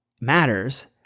matters